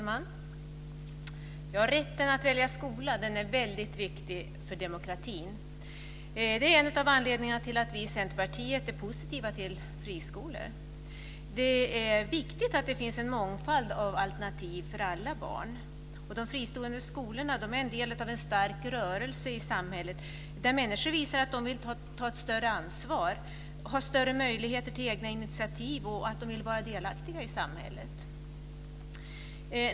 Fru talman! Rätten att välja skola är väldigt viktig för demokratin. Det är en av anledningarna till att vi i Centerpartiet är positiva till friskolor. Det är viktigt att det finns en mångfald av alternativ för alla barn. De fristående skolorna är en del av en stark rörelse i samhället där människor visar att de vill ta ett större ansvar, ha större möjligheter till egna initiativ och vara mer delaktiga i samhället.